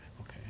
Okay